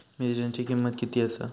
मिरच्यांची किंमत किती आसा?